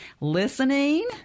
listening